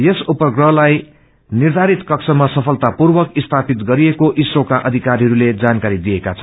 यस उपप्रहलाई निर्यारित कक्षमा सफलतापूर्वक स्थापित गरिएको इसरोका अधिकारीहरूले जानकारी दिएका छन्